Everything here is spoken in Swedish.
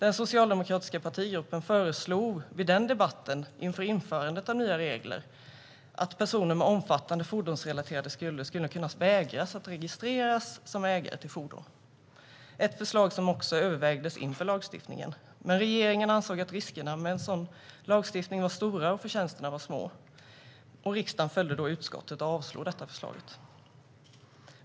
Den socialdemokratiska partigruppen föreslog vid debatten inför införandet av nya regler att personer med omfattande fordonsrelaterade skulder ska kunna vägras att registreras som ägare till fordon. Det var ett förslag som också övervägdes inför lagstiftningen, men regeringen ansåg att riskerna med en sådan lagstiftning var stora och förtjänsterna små. Riksdagen följde då utskottet och avslog det förslaget.